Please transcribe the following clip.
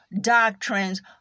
doctrines